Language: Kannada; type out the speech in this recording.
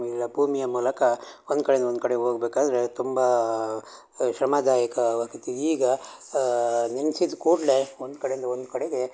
ಇಲ್ಲ ಭೂಮಿಯ ಮೂಲಕ ಒಂದು ಕಡೆಯಿಂದ ಒಂದು ಕಡೆಗೆ ಹೋಗ್ಬೇಕಾದ್ರೆ ತುಂಬ ಶ್ರಮದಾಯಕವಾಗಿತ್ತು ಈಗ ನೆನ್ಸಿದ ಕೂಡಲೇ ಒಂದು ಕಡೆಯಿಂದ ಒಂದು ಕಡೆಗೆ